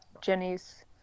Jenny's